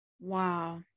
wow